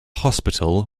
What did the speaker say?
hospital